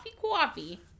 coffee